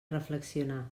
reflexionar